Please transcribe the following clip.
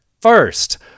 first